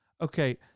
Okay